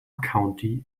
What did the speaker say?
county